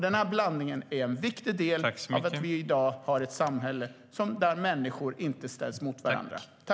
Denna blandning är en viktig del i att vi i dag har ett samhälle där människor inte ställs mot varandra.